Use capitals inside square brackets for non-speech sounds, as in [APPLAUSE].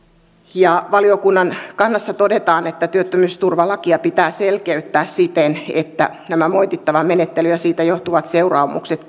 ja valiokunnan kannassa todetaan että työttömyysturvalakia pitää selkeyttää siten että tämä moitittava menettely ja siitä johtuvat seuraamukset [UNINTELLIGIBLE]